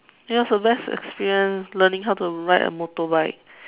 it was the best experience learning how to ride a motorbike